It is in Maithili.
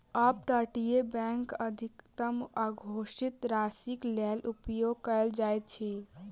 अप तटीय बैंक अधिकतम अघोषित राशिक लेल उपयोग कयल जाइत अछि